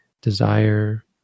desire